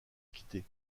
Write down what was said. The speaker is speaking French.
quitter